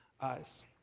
eyes